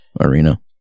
arena